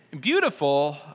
beautiful